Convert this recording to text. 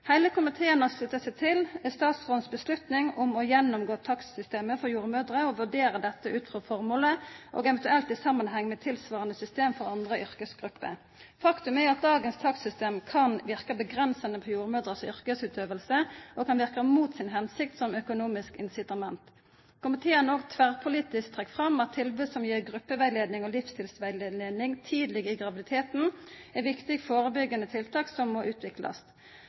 Heile komiteen har slutta seg til statsrådens avgjerd om å gjennomgå takstsystemet for jordmødrer og vurdera dette ut frå formålet, og eventuelt i samanheng med tilsvarande system for andre yrkesgrupper. Faktum er at dagens takstsystem kan verka avgrensande på jordmødrenes yrkesgjennomføring, og kan verka mot si hensikt som økonomisk incitament. Komiteen har òg tverrpolitisk trekt fram at tilbod som gir grupperettleiing og livsstilsrettleiing tidleg i graviditeten, er viktig førebyggjande tiltak som må utviklast.